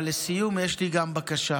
אבל לסיום יש לי גם בקשה.